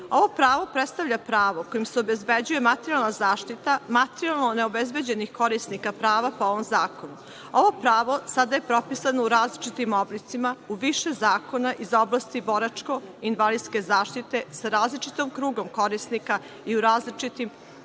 Ovo pravo predstavlja pravo kojim se obezbeđuje materijalna zaštita materijalno neobezbeđenih korisnika prava po ovom zakonu. Ovo pravo sada je propisano u različitim oblicima, u više zakona iz oblasti boračko-invalidske zaštite sa različitim krugom korisnika i u različitim